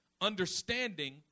Understanding